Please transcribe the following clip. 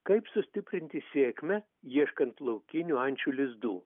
kaip sustiprinti sėkmę ieškant laukinių ančių lizdų